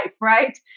right